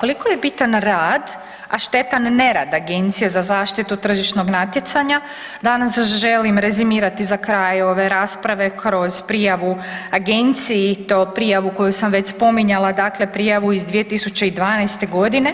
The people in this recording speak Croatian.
Koliko je bitan rad, a štetan nerad Agencije za zaštitu tržišnog natjecanja, danas želim rezimirati za kraj ove rasprave kroz prijavu Agenciji i to prijavu koju sam već spominjala, dakle prijavu iz 2012. g.,